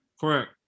Correct